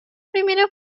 primera